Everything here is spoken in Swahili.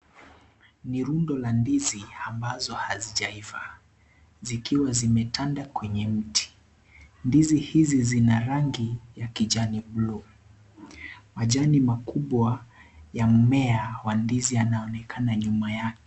Ni rundo la ndizi ambazo hazijaiva, zikiwa zimetanda kwenye mti, ndizi hizi zina rangi ya kijani bluu majani makubwa ya mmea wa ndizi yanaonekana nyuma yake.